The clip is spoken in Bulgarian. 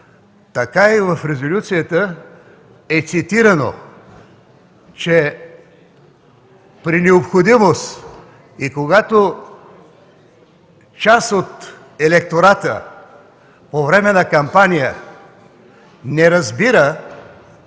така и в резолюцията е цитирано, че при необходимост и когато част от електората по време на кампания не разбира